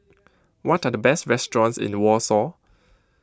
what are the best restaurants in Warsaw